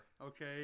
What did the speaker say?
okay